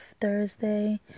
Thursday